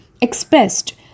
expressed